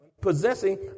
possessing